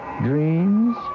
dreams